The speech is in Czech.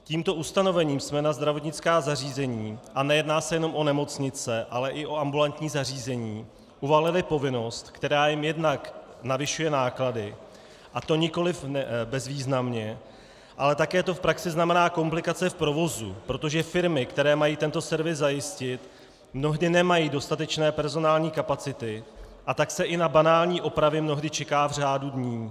Tímto ustanovením jsme na zdravotnická zařízení, a nejedná se jenom o nemocnice, ale i o ambulantní zařízení, uvalili povinnost, která jim jednak navyšuje náklady, a to nikoliv bezvýznamně, ale také to v praxi znamená komplikace v provozu, protože firmy, které mají tento servis zajistit, mnohdy nemají dostatečné personální kapacity, a tak se i na banální opravy mnohdy čeká v řádu dní.